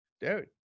Dude